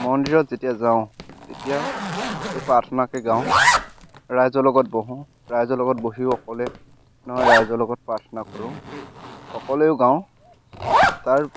মন্দিৰত যেতিয়া যাওঁ তেতিয়া এই প্ৰাৰ্থনাকে গাওঁ ৰাইজৰ লগত বহোঁ ৰাইজৰ লগত বহিও অকলে নহয় ৰাইজৰ লগত প্ৰাৰ্থনা কৰোঁ অকলেও গাওঁ তাৰ